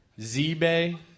Z-bay